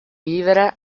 vivere